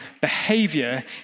behavior